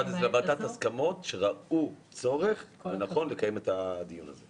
לוועדת הסכמות שראתה צורך לקיים את הדיון הזה.